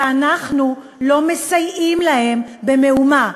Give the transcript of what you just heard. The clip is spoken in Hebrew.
ואנחנו לא מסייעים להם במאומה.